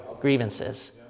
grievances